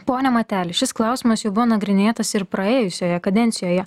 pone mateli šis klausimas jau buvo nagrinėtas ir praėjusioje kadencijoje